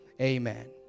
Amen